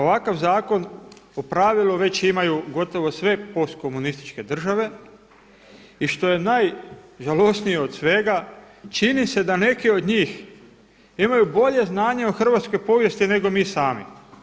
Ovakav zakon u pravilu već imaju gotovo sve postkomunističke države i što je najžalosnije od svega čini se da neki od njih imaju bolje znanje o hrvatskoj povijesti nego mi sami.